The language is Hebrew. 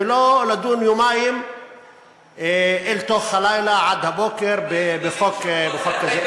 ולא לדון יומיים אל תוך הלילה עד הבוקר בחוק כזה.